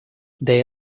they